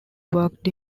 worked